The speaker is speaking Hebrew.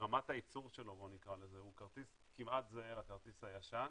ברמת הייצור שלו, הוא כרטיס כמעט זהה לכרטיס הישן,